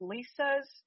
Lisa's